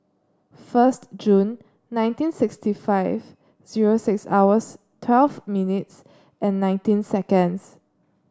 first June nineteen sixty five zero six hours twelve minutes and nineteen seconds